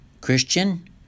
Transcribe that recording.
Christian